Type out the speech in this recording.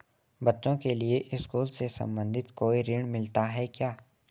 बच्चों के लिए स्कूल से संबंधित कोई ऋण मिलता है क्या?